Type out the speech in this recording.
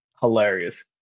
hilarious